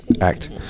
act